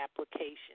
application